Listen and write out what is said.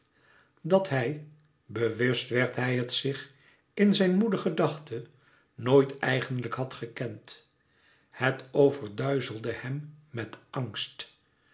dat hij bewust werd hij het zich in zijn moede gedachte nooit eigenlijk had gekend het overduizelde hem met angst